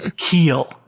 heal